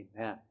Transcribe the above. Amen